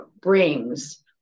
brings